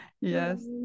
Yes